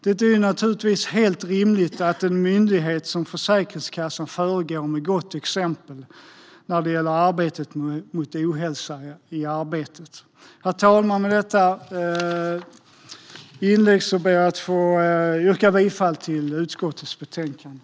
Det är naturligtvis helt rimligt att en myndighet som Försäkringskassan föregår med gott exempel i arbetet mot ohälsa i arbetet. Herr talman! Med detta inlägg ber jag att få yrka bifall till förslaget i utskottets betänkande.